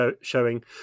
showing